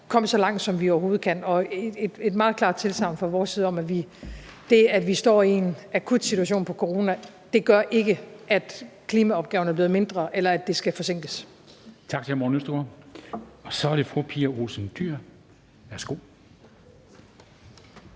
komme så langt, som vi overhovedet kan. Og der er et meget klart tilsagn fra vores side om, at det, at vi står i en akut situation på grund af corona, ikke gør, at klimaopgaverne bliver mindre, eller at det skal forsinkes.